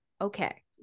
okay